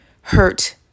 hurt